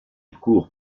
cour